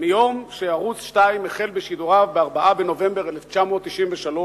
מיום שערוץ-2 החל את שידוריו, ב-4 בנובמבר 1993,